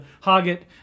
Hoggett